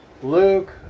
Luke